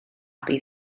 bydd